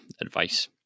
advice